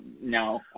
no